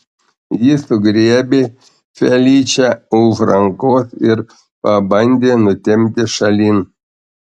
jis sugriebė feličę už rankos ir pabandė nutempti šalin